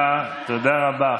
תודה רבה, תודה רבה.